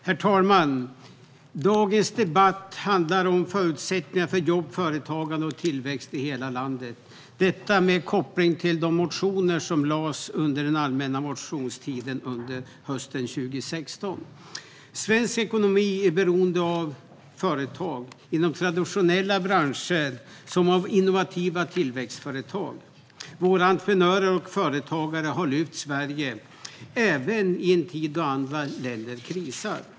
Herr talman! Dagens debatt handlar om förutsättningar för jobb, företagande och tillväxt i hela landet - detta med koppling till de motioner som väcktes under den allmänna motionstiden under hösten 2016. Svensk ekonomi är beroende av företag - såväl företag inom traditionella branscher som innovativa tillväxtföretag. Våra entreprenörer och företagare har lyft Sverige även i en tid då andra länder krisar.